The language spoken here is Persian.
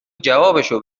جوابشو